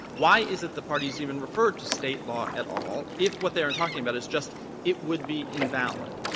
why is it the parties even referred to state law at all if what they are and talking about is just it would be invalid.